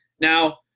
Now